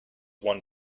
one